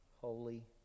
holy